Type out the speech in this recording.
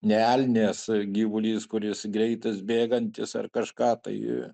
ne elnias gyvulys kuris greitas bėgantis ar kažką tai